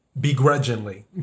begrudgingly